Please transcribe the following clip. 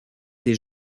des